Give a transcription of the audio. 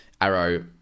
Arrow